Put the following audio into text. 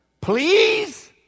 Please